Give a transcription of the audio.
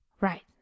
Right